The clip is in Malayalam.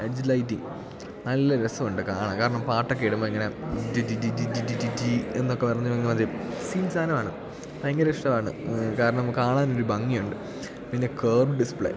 എഡ്ജ് ലൈറ്റിങ്ങ് നല്ല രസമുണ്ട് കാണാൻ കാരണം പാട്ടൊക്കെ ഇടുമ്പോൾ ഇങ്ങനെ ഡി ഡി ഡി ഡി ഡി ഡി എന്നൊക്കെ പറഞ്ഞ മാതിരി സീൻ സാധനമാണ് ഭയങ്കര ഇഷ്ടമാണ് കാരണം കാണാനൊരു ഭംഗിയുണ്ട് പിന്നെ കർവ് ഡിസ്പ്ലേ